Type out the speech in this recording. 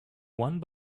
one